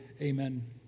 Amen